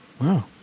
Wow